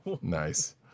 nice